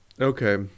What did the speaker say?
Okay